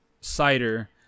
cider